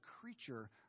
creature